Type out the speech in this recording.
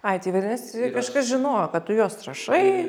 ai tai vadinasi kažkas žinojo kad tu juos rašai